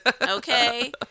Okay